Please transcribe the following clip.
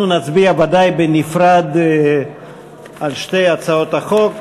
אנחנו נצביע, ודאי בנפרד, על שתי הצעות החוק.